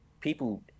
people